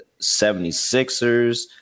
76ers